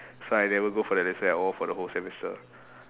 so I never go for that lesson at all for the whole semester